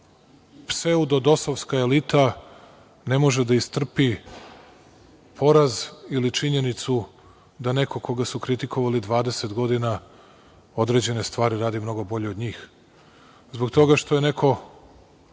pseudodosovska elita ne može da istrpi poraz ili činjenicu da neko koga su kritikovali 20 godina određene stvari radi mnogo bolje od njih, zbog toga što je neko